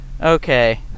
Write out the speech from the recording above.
Okay